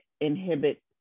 inhibit